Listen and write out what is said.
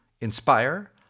inspire